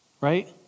right